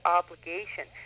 obligation